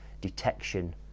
detection